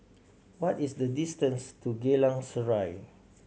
what is the distance to Geylang Serai